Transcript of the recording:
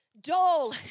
Dull